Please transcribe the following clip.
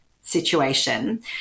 situation